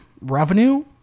revenue